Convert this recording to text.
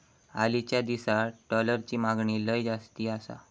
हालीच्या दिसात डॉलरची मागणी लय जास्ती आसा